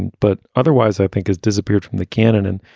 and but otherwise, i think has disappeared from the canon.